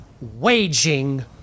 Waging